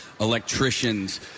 electricians